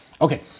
Okay